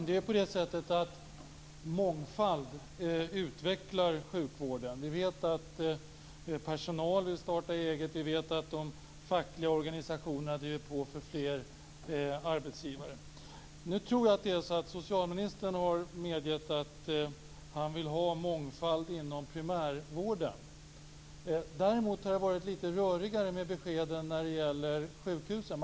Fru talman! Mångfald utvecklar sjukvården. Vi vet att personal vill starta eget. Vi vet att de fackliga organisationerna driver på för fler arbetsgivare. Socialministern har medgett att han vill ha mångfald inom primärvården. Däremot har det varit rörigare med beskeden om sjukhusen.